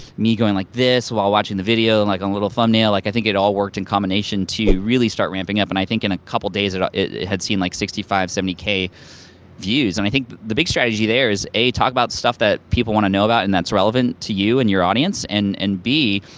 me going like this while watching the video in like a little thumbnail, like i think it all worked in combination to really start ramping up and i think in a couple days it it had seen like sixty five, seventy k views. and i think the big strategy there, is a. talk about stuff that people wanna know about and that's relevant to you and your audience and and b.